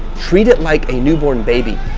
treat it like a newborn baby.